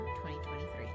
2023